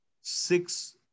six